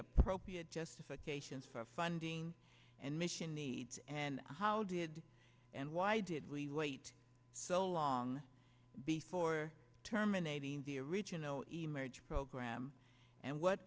appropriate justifications for funding and mission needs and how did and why did we wait so long before terminating the original emerge program and what